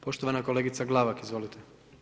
Poštovana kolegica Glavak, izvolite.